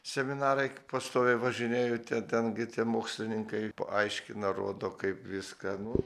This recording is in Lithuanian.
seminarai pastoviai važinėju te ten gi tie mokslininkai paaiškina rodo kaip viską nu